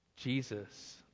Jesus